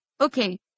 okay